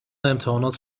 امتحانات